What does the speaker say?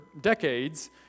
decades